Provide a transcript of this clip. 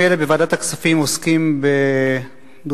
בוועדת הכספים עוסקים ברגעים אלה